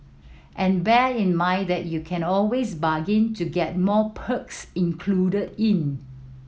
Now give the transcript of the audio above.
and bear in mind that you can always bargain to get more perks included in